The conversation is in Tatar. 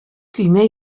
көймә